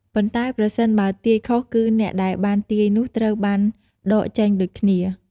ប៉ុន្តែប្រសិនបើទាយខុសគឺអ្នកដែលមកទាយនោះត្រូវបានដកចេញដូចគ្នា។